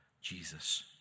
Jesus